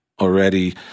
already